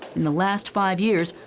in the last five years,